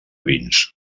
vins